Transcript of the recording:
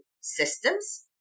systems